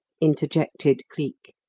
interjected cleek.